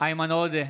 איימן עודה,